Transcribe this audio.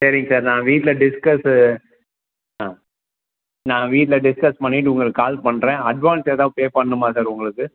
சரிங்க சார் நான் வீட்டில் டிஸ்கஸ்ஸு நான் வீட்டில் டிஸ்கஸ் பண்ணிவிட்டு உங்களுக்கு கால் பண்ணுறேன் அட்வான்ஸ் எதாவது பே பண்ணணுமா சார் உங்களுக்கு